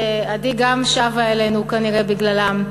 גם עדי שבה אלינו כנראה בגללם,